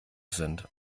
sind